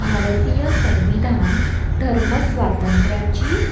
भारतीय संविधान धर्म स्वातंत्र्याची